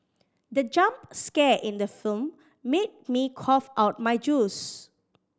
the jump scare in the film made me cough out my juice